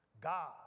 God